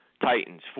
Titans